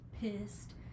pissed